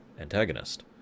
antagonist